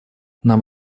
нам